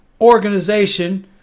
organization